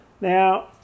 Now